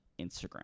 Instagram